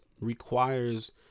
requires